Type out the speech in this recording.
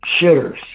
shitters